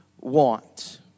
want